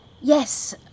Yes